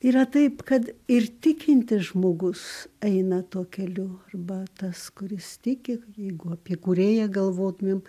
yra taip kad ir tikintis žmogus eina tuo keliu arba tas kuris tiki jeigu apie kūrėją galvotumėm